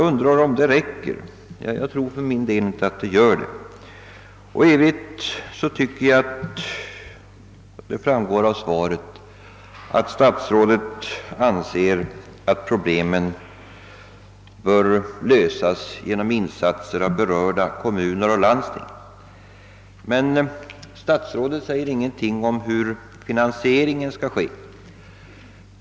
För min del tror jag knappast att detta räcker. Det synes även framgå av svaret att statsrådet anser att problemen bör lösas genom insatser av berörda kommuner och landsting. Men statsrådet säger ingenting om hur finansieringen skall ske.